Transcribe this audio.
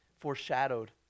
foreshadowed